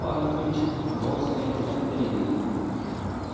ਭਾਰਤ ਵਿੱਚ ਬਹੁਤ ਸਾਰੀਆਂ ਖੇਡਾਂ ਖੇਡੀਆਂ ਜਾਂਦੀਆਂ ਹਨ